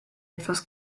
etwas